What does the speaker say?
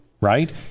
Right